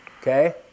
Okay